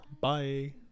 Bye